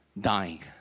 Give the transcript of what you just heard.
dying